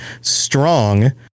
Strong